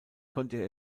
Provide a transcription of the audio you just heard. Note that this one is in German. konnte